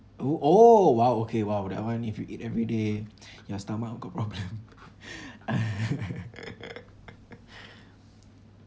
oo oh !wow! okay !wow! that one if you eat every day your stomach got problem